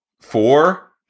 four